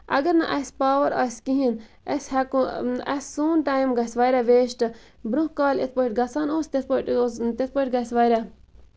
اَگر نہٕ اَسہِ پاور آسہِ کِہیٖنۍ أسۍ ہیٚکو اسہِ سون ٹایم گژھِ واریاہ ویسٹہٕ برونٛہہ کالہِ یِتھ پٲٹھۍ گژھان اوس تِتھ پٲٹھۍ اوس تِتھ پٲٹھۍ گژھِ واریاہ